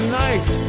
nice